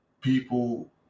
People